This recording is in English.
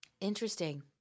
Interesting